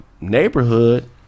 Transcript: neighborhood